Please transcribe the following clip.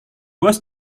was